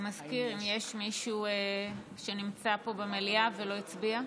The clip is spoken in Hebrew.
האם יש מישהו שנמצא פה במליאה ולא הצביע?